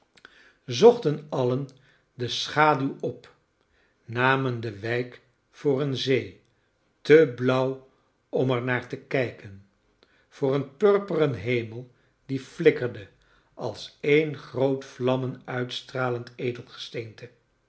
zochten alien de schaduw op namen de wijk voor een zee te blauw om er naar te kijken voor een purpuren hemel die ilikkerde als een groot vlammen uitstralend edelgesteente